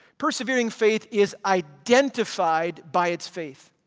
persevering faith is identified by its faith.